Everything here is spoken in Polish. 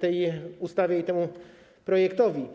tej ustawie i temu projektowi.